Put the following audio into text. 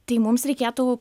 tai mums reikėtų